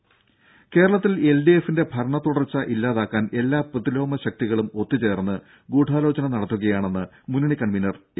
രുഭ കേരളത്തിൽ എൽഡിഎഫിന്റെ ഭരണതുടർച്ച ഇല്ലാതാക്കാൻ എല്ലാ പ്രതിലോമ ശക്തികളും ഒത്തുചേർന്ന് ഗൂഢാലോചന നടത്തുകയാണെന്ന് മുന്നണി കൺവീനർ എ